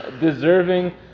deserving